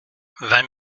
vingt